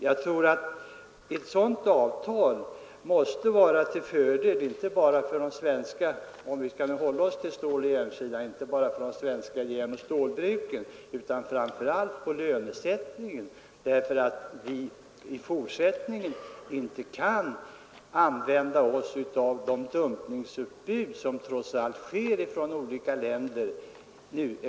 Jag tror att ett sådant avtal måste vara till fördel inte bara för de franska järnoch stålverken utan även för de svenska och framför allt för lönesättningen över huvud taget. För i fortsättningen kan vi inte utnyttja de dumpingsutbud som trots allt kommer från olika länder.